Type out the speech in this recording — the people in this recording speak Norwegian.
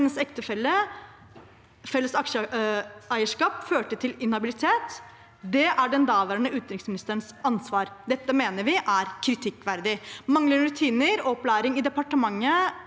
Dette mener vi er kritikkverdig. Manglende rutiner og opplæring i departementet